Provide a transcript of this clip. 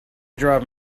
drive